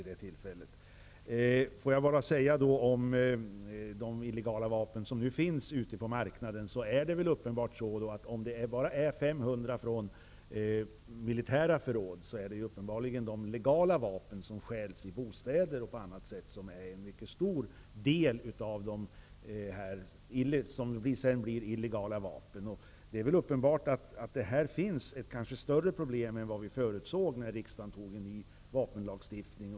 Låt mig då bara om de illegala vapen som nu finns ute på marknaden säga, att om det bland de 12 000 illegala vapnen är bara 500 som kommer från militära förråd är det uppenbarligen en mycket stor del av de legala vapnen som stjäls i bostäder och på andra ställen som sedan blir illegala vapen. Det är väl uppenbart att det här finns ett större problem än vi kanske förutsåg när riksdagen antog en ny vapenlagstiftning.